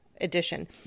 edition